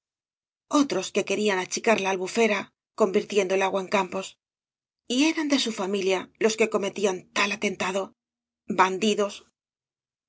otros que querían achicar la albufera convirtiendo el agua en campos y eran de su familia los que cometían tal atentado bandidos